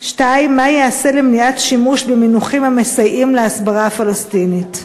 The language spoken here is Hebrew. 2. מה ייעשה למניעת שימוש במינוחים המסייעים להסברה הפלסטינית?